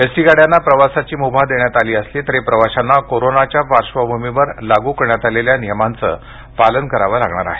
ST गाड्यांना प्रवासाची मुभा देण्यात आली असली तरी प्रवाशांना कोरोनाच्या पार्श्वभूमीवर लागू करण्यात आलेल्या नियमांचे पालन करावे लागणार आहे